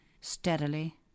Steadily